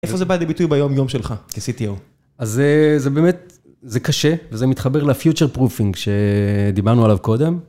איפה זה בא לביטוי ביום-יום שלך כ-CTO? אז זה באמת, זה קשה וזה מתחבר לפיוטר פרופינג שדיברנו עליו קודם.